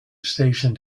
station